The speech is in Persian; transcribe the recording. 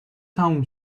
تموم